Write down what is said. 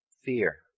fear